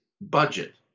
budget